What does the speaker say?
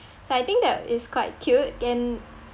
so I think that is quite cute and